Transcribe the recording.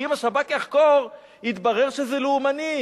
כי אם השב"כ יחקור, יתברר שזה לאומני.